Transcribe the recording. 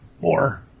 more